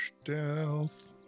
Stealth